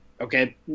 okay